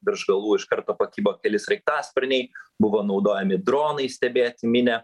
virš galvų iš karto pakibo keli sraigtasparniai buvo naudojami dronai stebėti minią